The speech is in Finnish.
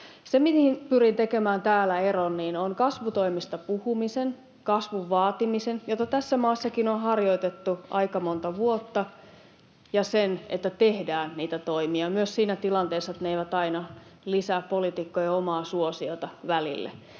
Se, mihin pyrin tekemään täällä eron, on kasvutoimista puhumisen, kasvun vaatimisen, jota tässä maassakin on harjoitettu aika monta vuotta, ja sen välille, että tehdään niitä toimia myös siinä tilanteessa, että ne eivät aina lisää poliitikkojen omaa suosiota.